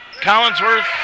Collinsworth